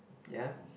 ya